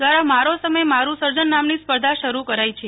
દ્વારા મારો સમય મારૂંસર્જન નામની સ્પર્ધા શરૂ કરાઈ છે